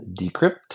Decrypt